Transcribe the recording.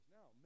Now